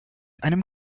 einem